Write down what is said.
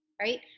right